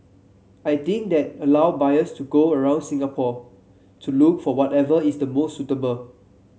I think that allow buyers to go around Singapore to look for whatever is the most suitable